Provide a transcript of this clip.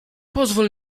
pozwól